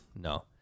No